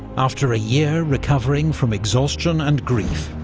after a year recovering from exhaustion and grief,